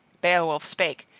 beowulf spake,